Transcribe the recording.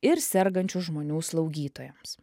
ir sergančių žmonių slaugytojams